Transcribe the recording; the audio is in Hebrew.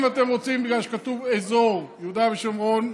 אם אתם רוצים בגלל שכתוב אזור יהודה ושומרון,